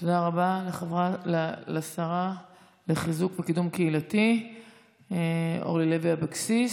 תודה רבה לשרה לחיזוק וקידום קהילתי אורלי לוי אבקסיס.